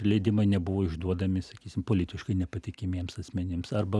leidimai nebuvo išduodami sakysim politiškai nepatikimiems asmenims arba